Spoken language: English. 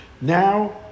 Now